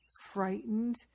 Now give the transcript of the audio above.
frightened